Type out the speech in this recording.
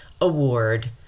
award